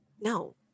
No